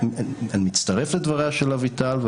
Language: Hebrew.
אני מצטרף לדבריה של אביטל.